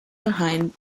behind